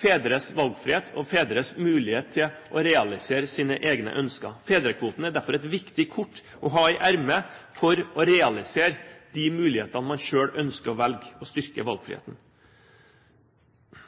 fedres valgfrihet og fedres mulighet til å realisere sine egne ønsker. Fedrekvoten er derfor et viktig kort å ha i ermet for å realisere de mulighetene man selv ønsker å velge, og for å styrke valgfriheten.